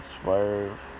Swerve